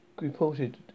reported